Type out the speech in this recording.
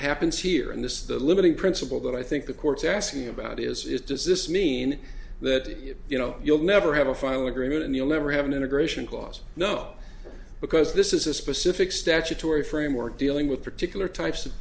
happens here and this is the limiting principle that i think the court's asking about is does this mean that you know you'll never have a final agreement and you'll never have an integration clause no because this is a specific statutory framework dealing with particular types of